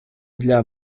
для